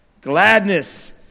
Gladness